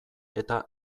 eta